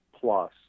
plus